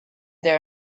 there